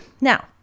Now